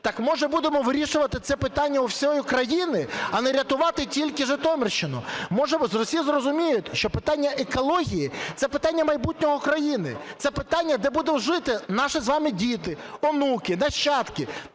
Так, може, будемо вирішувати це питання всієї України, а не рятувати тільки Житомирщину? Може, всі зрозуміють, що питання екології – це питання майбутнього країни, це питання, де будуть жити наші з вами діти, онуки, нащадки.